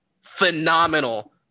phenomenal